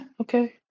Okay